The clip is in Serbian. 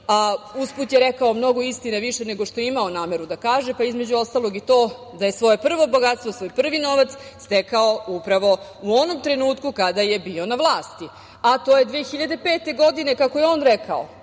milion. Usput je rekao mnogo istine, više nego što je imao nameru da kaže, pa između ostalog i to da je svoje prvo bogatstvo, svoj prvi novac stekao upravo u onom trenutku kada je bio na vlasti, a to je 2005. godine, kako je on rekao.